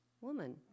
woman